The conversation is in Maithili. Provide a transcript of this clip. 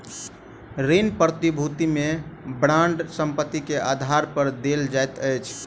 ऋण प्रतिभूति में बांड संपत्ति के आधार पर देल जाइत अछि